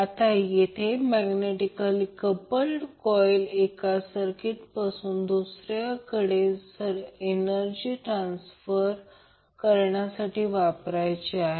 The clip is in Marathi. आता येथे मैग्नेटिकली कप्लड कॉइल एका सर्किट पासून दुसरीकडे एनर्जी ट्रांन्सफर करण्यासाठी वापरायची आहे